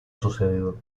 sucedido